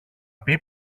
πει